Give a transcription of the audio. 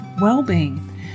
well-being